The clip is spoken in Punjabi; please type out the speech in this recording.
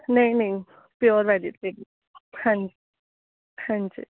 ਨਹੀਂ ਨਹੀਂ ਪਿਓਰ ਵੈਜ਼ੀਟੇਰੀਅਨ ਹਾਂਜੀ ਹਾਂਜੀ